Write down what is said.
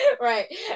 Right